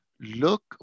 look